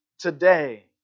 Today